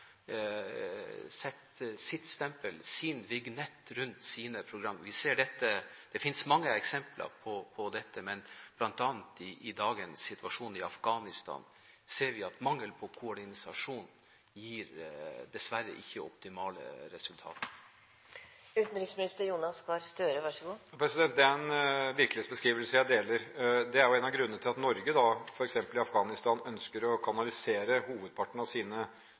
sette sitt stempel og sin vignett på sine program. Det finnes mange eksempler på dette, men bl.a. i dagens situasjon i Afghanistan ser vi at mangel på koordinasjon dessverre ikke gir optimale resultater. Det er en virkelighetsbeskrivelse jeg deler. Det er en av grunnene til at Norge, f.eks. i Afghanistan, ønsker å kanalisere hovedparten av